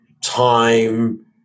time